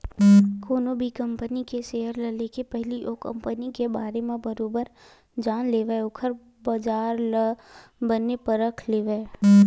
कोनो भी कंपनी के सेयर ल लेके पहिली ओ कंपनी के बारे म बरोबर जान लेवय ओखर बजार ल बने परख लेवय